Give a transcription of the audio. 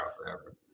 forever